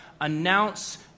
Announce